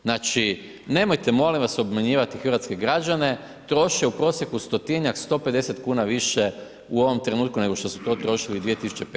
Znači, nemojte molim vas obmanjivati hrvatske građane, troše u prosjeku stotinjak, 150 kn više u ovom trenutku nego što su to trošili 2015. g.